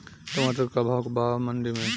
टमाटर का भाव बा मंडी मे?